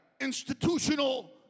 institutional